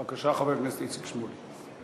בבקשה, חבר הכנסת איציק שמולי.